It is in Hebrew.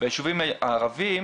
והיישובים הערביים,